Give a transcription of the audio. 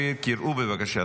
מאוד מבקש ממך.